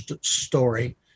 story